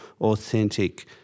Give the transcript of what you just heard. authentic